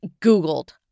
Googled